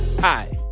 Hi